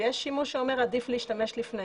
ויש שימוש אומר עדיף להשתמש לפני